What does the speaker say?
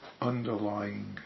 underlying